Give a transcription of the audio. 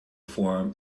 form